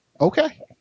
okay